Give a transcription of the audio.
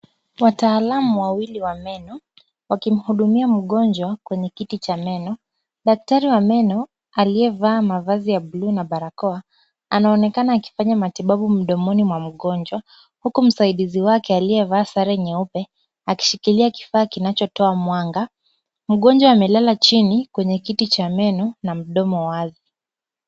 Wataalamu wawili wa meno wakimhudumia mgonjwa kwenye kiti cha meno. Daktari wa meno aliyevaa mavazi ya buluu na barakoa, anaonekana akifanya matibabu mdomoni mwa mgonjwa, huku msaidizi wake aliyevaa sare nyeupe akishikilia kifaa kinachotoa mwanga. Mgonjwa amelala chini kwenye kiti cha meno na mdomo wazi.